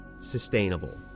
sustainable